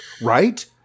Right